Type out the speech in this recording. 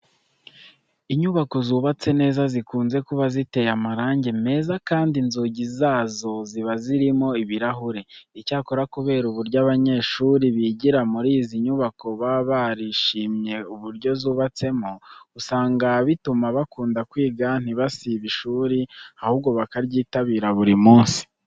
Inyubako zubatse neza zikunze kuba ziteye amarange meza kandi inzugi zazo ziba zirimo ibirahure. Icyakora kubera uburyo abanyeshuri bigira muri izi nyubako baba barishimiye uburyo zubatsemo, usanga bituma bakunda kwiga ntibasibe ishuri ahubwo bakaryitabira buri munsi.